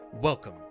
Welcome